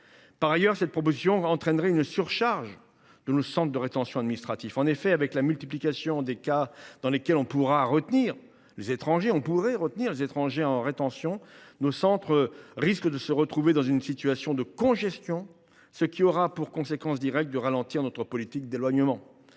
Par ailleurs, ce texte entraînerait une surcharge de nos centres de rétention administrative. En effet, avec la multiplication des cas dans lesquels on pourrait maintenir les étrangers en rétention, nos centres risquent de se retrouver dans une situation de congestion, ce qui aura pour conséquence directe de ralentir notre politique d’éloignement.